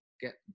get